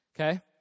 Okay